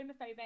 homophobic